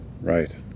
Right